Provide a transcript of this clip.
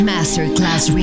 Masterclass